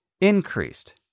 increased